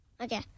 Okay